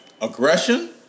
Aggression